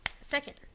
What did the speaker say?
Second